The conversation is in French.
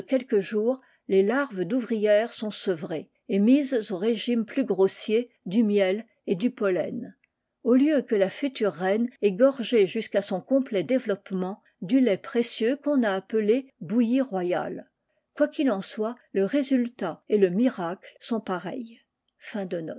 quelques jours les larves d'ouvrières sont sevrées et s au régime plus grossier du miel et du pollen au lieu la future reine est gocée jusqu à son complet déveiapp ent du lait précieux qu'on a appelé bouillie royale qu'il en soit le résultat et le miracle sont pareils